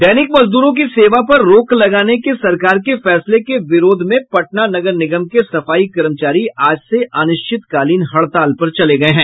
दैनिक मजदूरों की सेवा पर रोक लगाने के सरकार के फैसले के विरोध में पटना नगर निगम के सफाई कर्मचारी आज से अनिश्चितकालीन हड़ताल पर चले गये हैं